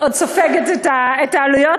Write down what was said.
עוד סופגת את העלויות,